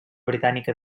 britànica